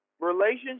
relationship